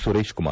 Suresh Kumar